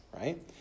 right